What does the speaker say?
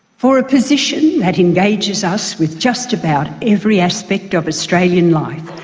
for a position that engages us with just about every aspect of australian life,